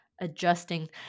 adjusting